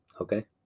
Okay